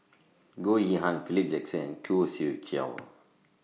Goh Yihan Philip Jackson and Khoo Swee Chiow